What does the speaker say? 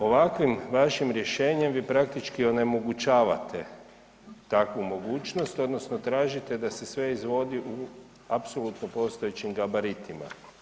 Ovakvim vašim rješenjem vi praktički onemogućavate kakvu mogućnost, odnosno tražite da se sve izvodi u apsolutno postojećim gabaritima.